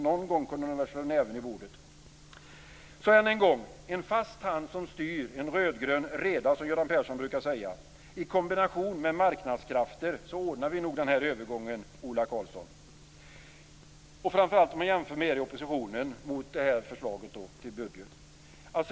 Någon gång kunde de slå näven i bordet. Med en fast hand som styr en rödgrön reda, som Göran Persson brukar säga, i kombination med marknadskrafter ordnar vi nog övergången, Ola Karlsson, jämfört med er i oppositionen.